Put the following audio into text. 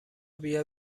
بیا